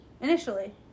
initially